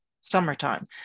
summertime